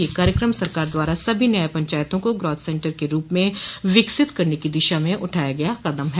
यह कार्यक्रम सरकार द्वारा सभी न्याय पंचायतों को ग्रॉथ सेंटर के रूप में विकसित करने की दिशा में उठाया गया कदम है